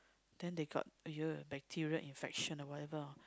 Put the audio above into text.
then they got !aiya! bacteria infection or whatever